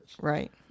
Right